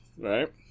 right